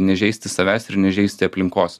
nežeisti savęs ir nežeisti aplinkos